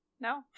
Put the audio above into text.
No